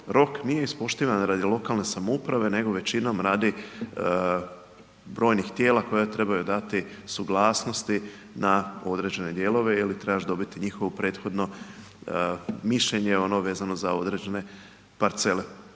rok nije ispoštivan radi lokalne samouprave nego većinom radi brojnih tijela koja trebaju dati suglasnosti na određene dijelove ili trebaš dobiti njihovo prethodno mišljenje vezano za određene parcele.